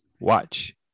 watch